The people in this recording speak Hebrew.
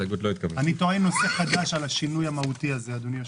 הצבעה ההסתייגות לא אושרה.